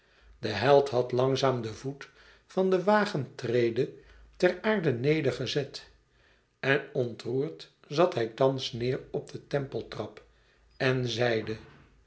de held had langzaam den voet van de wagentrede ter aarde neder gezet en ontroerd zat hij thans neêr op de tempeltrap en zeide